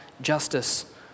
justice